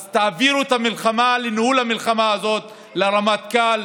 אז תעבירו את ניהול המלחמה הזאת לרמטכ"ל,